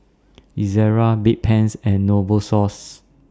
Ezerra Bedpans and Novosource